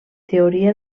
teoria